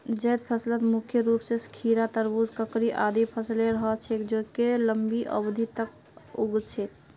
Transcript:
जैद फसलत मुख्य रूप स खीरा, तरबूज, ककड़ी आदिर फसलेर ह छेक जेको लंबी अवधि तक उग छेक